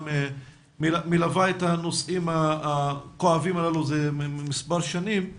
מלווה את הנושאים הכואבים הללו מזה מספר שנים.